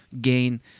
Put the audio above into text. gain